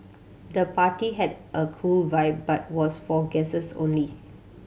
the party had a cool vibe but was for guests only